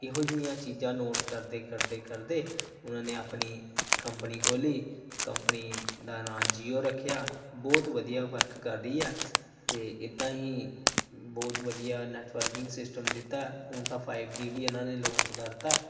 ਇਹੋ ਜਿਹੀਆਂ ਚੀਜ਼ਾਂ ਨੋਟ ਕਰਦੇ ਕਰਦੇ ਕਰਦੇ ਉਹਨਾਂ ਨੇ ਆਪਣੀ ਕੰਪਨੀ ਖੋਲ੍ਹੀ ਕੰਪਨੀ ਦਾ ਨਾਮ ਜੀਓ ਰੱਖਿਆ ਬਹੁਤ ਵਧੀਆ ਵਰਕ ਕਰ ਰਹੀ ਆ ਅਤੇ ਇੱਦਾਂ ਹੀ ਬਹੁਤ ਵਧੀਆ ਨੈਟਵਰਕਿੰਗ ਸਿਸਟਮ ਦਿੱਤਾ ਹੁਣ ਤਾਂ ਫਾਈਵ ਜੀ ਵੀ ਇਹਨਾਂ ਨੇ ਲੌਂਚ ਕਰ ਤਾ